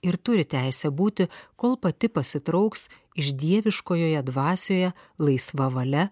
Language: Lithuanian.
ir turi teisę būti kol pati pasitrauks iš dieviškojoje dvasioje laisva valia